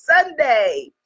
Sunday